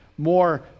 more